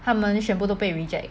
他们全部都被 reject